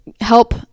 help